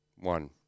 one